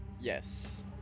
Yes